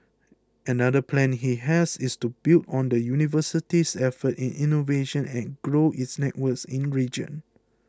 another plan he has is to build on the university's efforts in innovation and grow its networks in the region